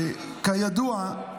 כידוע,